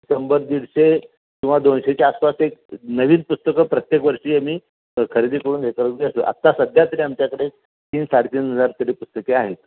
शंभर दीडशे किंवा दोनशेच्या आसपास एक नवीन पुस्तकं प्रत्येक वर्षी आम्ही क खरेदी करून हे करू असतो आत्ता सध्या तरी आमच्याकडे तीन साडेतीन हजार तरी पुस्तके आहेत